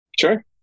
Sure